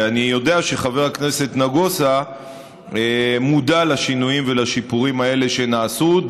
ואני יודע שחבר הכנסת נגוסה מודע לשינויים ולשיפורים האלה שנעשו.